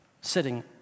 sitting